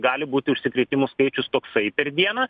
gali būti užsikrėtimų skaičius toksai per dieną